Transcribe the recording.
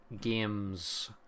games